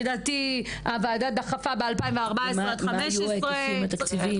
לדעתי הוועדה דחפה ב-2014 עד 2015. מה היו ההיקפים התקציביים,